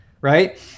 Right